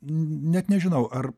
net nežinau ar